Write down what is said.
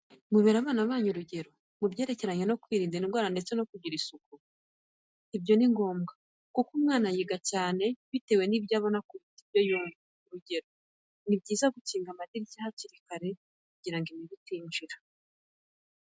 Ese babyeyi mubera abana banyu urugero mu hereranye no kwirinda indwara ndetse no kugira isuku? Ibyo ni ngombwa kuko umwana yiga cyane cyane bitewe nibyo abona kuruta ibyo yumva. Urugero, nibyiza gukinga amadirishya hakiri kare kugira ngo imibu itinjira.